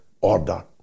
order